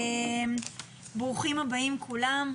ברוכים הבאים כולם.